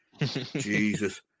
Jesus